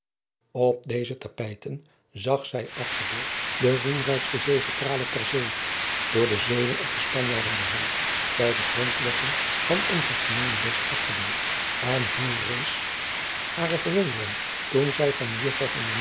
p deze tapijten zag zij afgebeeld de roemrijkste zegepralen ter zee door de eeuwen op de panjaarden behaald bij de grondlegging van ons emeenebest asgebeeld en hoe rees hare verwondering toen zij van